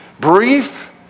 brief